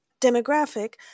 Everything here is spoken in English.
demographic